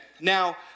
Now